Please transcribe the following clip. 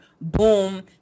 Boom